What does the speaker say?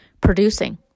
producing